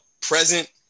present